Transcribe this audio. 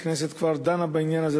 הכנסת דנה בעניין הזה,